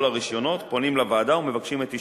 הרשיונות פונים לוועדה ומבקשים את אישורה.